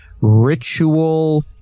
ritual